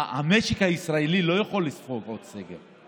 המשק הישראלי לא יכול לספוג עוד סגר.